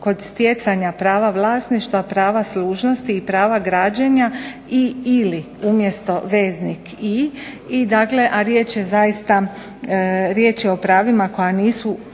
kod stjecanja prava vlasništva prava služnosti i prava građenja i/ili umjesto veznik i dakle, a riječ je zaista, riječ je o pravima koja nisu